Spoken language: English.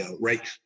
right